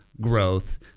growth